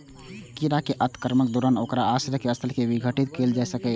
कीड़ा के आक्रमणक दौरान ओकर आश्रय स्थल कें विघटित कैल जा सकैए